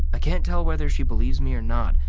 i can't tell whether she believes me or not,